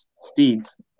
steeds